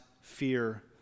fear